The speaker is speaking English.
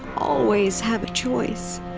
always have a choice